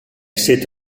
sit